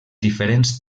diferents